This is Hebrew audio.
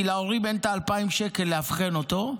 כי להורים אין את ה-2,000 שקל לאבחן אותו,